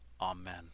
Amen